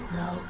no